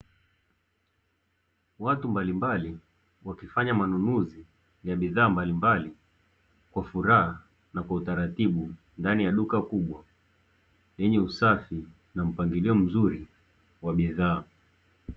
Watu mbalimbali wakifanya manunuzi ya bidhaa mbalimbali kwa furaha na kwa utaratibu, ndani ya duka kubwa, lenye usafi na mpangilio mzuri wa bidhaa.